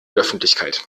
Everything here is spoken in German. öffentlichkeit